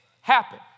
happen